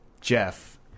Jeff